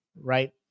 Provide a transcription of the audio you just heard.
right